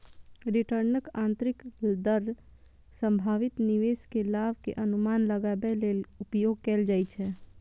रिटर्नक आंतरिक दर संभावित निवेश के लाभ के अनुमान लगाबै लेल उपयोग कैल जाइ छै